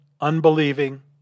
unbelieving